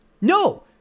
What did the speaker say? No